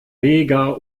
mega